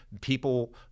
people